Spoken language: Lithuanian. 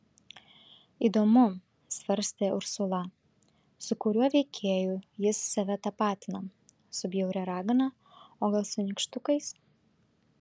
įdomu svarstė ursula su kuriuo veikėju jis save tapatina su bjauria ragana o gal su nykštukais